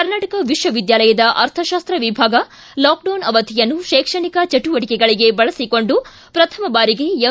ಕರ್ನಾಟಕ ವಿಶ್ವ ವಿದ್ಯಾಲಯದ ಅರ್ಥಶಾಸ್ತ್ರ ವಿಭಾಗ ಲಾಕ್ಡೌನ್ ಅವಧಿಯನ್ನು ಶೈಕ್ಷಣಿಕ ಚಟುವಟಕೆಗಳಿಗೆ ಬಳಸಿಕೊಂಡು ಪ್ರಥಮ ಬಾರಿಗೆ ಎಂ